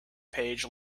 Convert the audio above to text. page